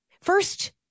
First